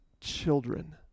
children